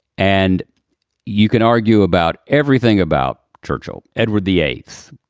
and you can argue about everything about churchill. edward the eighth.